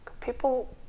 People